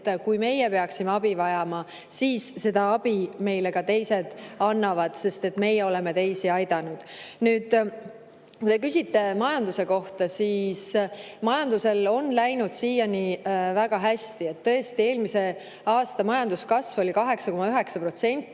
et kui meie peaksime abi vajama, siis seda abi teised meile ka annaksid, sest meie oleme teisi aidanud. Kui te küsite majanduse kohta, siis [võin öelda, et] majandusel on läinud siiani väga hästi. Tõesti, eelmise aasta majanduskasv oli 8,9%,